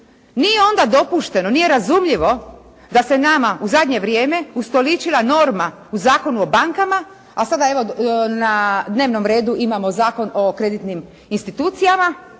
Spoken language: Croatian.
Nije onda dopušteno, nije razumljivo da se nama u zadnje vrijeme ustoličila norma u Zakonu o bankama, a sada evo na dnevnom redu imamo Zakon o kreditnim institucijama,